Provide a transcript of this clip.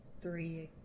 three